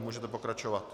Můžete pokračovat.